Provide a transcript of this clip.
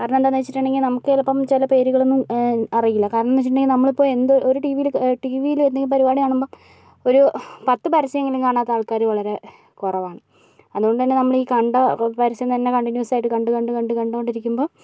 കാരണം എന്താന്ന് വച്ചിട്ടുണ്ടെങ്കിൽ നമുക്ക് ചിലപ്പം ചില പേരുകളൊന്നും അറിയില്ല കാരണം എന്താന്ന് വച്ചിട്ടുണ്ടെങ്കിൽ നമ്മളിപ്പം എന്ത് ഒരു ടീവിലക്കെ ടീവില് എന്തെങ്കിലും പരിപാടി കാണുമ്പോൾ ഒരു പത്ത് പരസ്യമെങ്കിലും കാണാത്ത ആൾക്കാര് വളരെ കുറവാണ് അതുകൊണ്ട് തന്നെ നമ്മളീ കണ്ട പരസ്യം തന്നെ കണ്ടിന്യൂസായിട്ട് കണ്ട് കണ്ട് കണ്ട് കണ്ടോണ്ടിരിക്കുമ്പോൾ